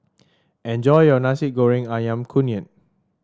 enjoy your Nasi Goreng ayam kunyit